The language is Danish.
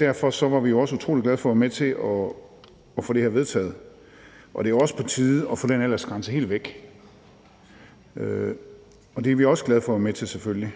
Derfor var vi også utrolig glade for at være med til at få det her vedtaget. Det er jo også på tide at få den aldersgrænse helt væk, og det er vi selvfølgelig også glade for at være med til.